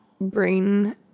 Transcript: brain